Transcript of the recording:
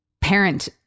parent